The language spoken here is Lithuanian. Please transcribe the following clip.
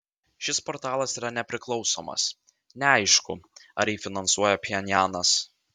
šis portalas yra nepriklausomas neaišku ar jį finansuoja pchenjanas